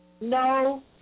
no